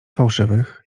fałszywych